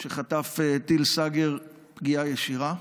שחטף טיל סאגר, פגיעה ישירה.